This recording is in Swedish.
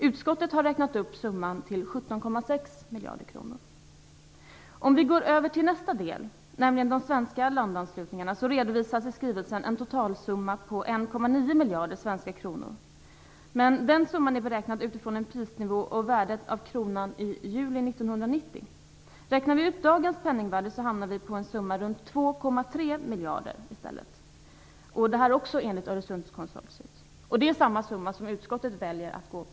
Utskottet har räknat upp summan till 17,6 miljarder kronor. För de svenska landanslutningarna, som är nästa del av projektet, redovisas i skrivelsen en totalsumma på 1,9 miljarder svenska kronor. Den summan är beräknad utifrån prisnivån och värdet av kronan i juli 1990. Räknar vi ut kostnaden i dagens penningvärde hamnar vi på en summa runt 2,3 miljarder i stället - detta också enligt Öresundskonsortiet. Det är samma siffra som utskottet har angivit.